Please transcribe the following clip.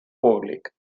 públic